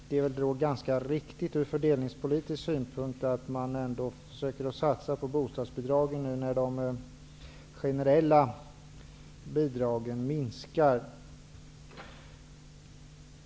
Det är ganska riktigt ur fördelningspolitisk synpunkt att ändå satsa på bostadsbidragen när de generella bidragen minskar.